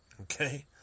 Okay